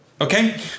okay